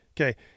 Okay